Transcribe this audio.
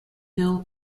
bill